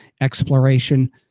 exploration